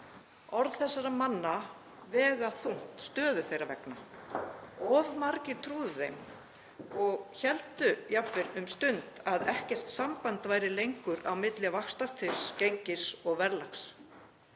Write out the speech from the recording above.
Orð þessara manna vega þungt, stöðu þeirra vegna. Of margir trúðu þeim og héldu jafnvel um stund að ekkert samband væri lengur á milli vaxtastigs, gengis og verðlags.